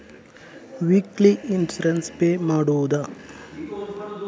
Weekly insurance pay ಮಾಡುವುದ?